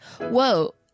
Whoa